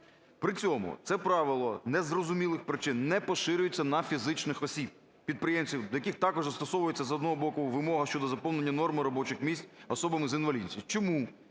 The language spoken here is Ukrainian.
При цьому, це правило з незрозумілих причин не поширюється на фізичних осіб підприємців, до яких також застосовується, з одного боку, вимога щодо заповнення норми робочих місць особами з інвалідністю. Чому